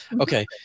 Okay